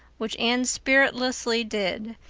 which anne spiritlessly did,